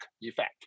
effect